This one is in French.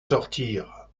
sortir